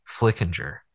Flickinger